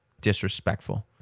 Disrespectful